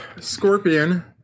Scorpion